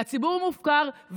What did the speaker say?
והציבור מופקר,